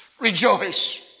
Rejoice